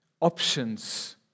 options